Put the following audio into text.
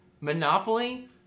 Monopoly